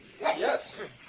Yes